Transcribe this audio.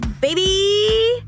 baby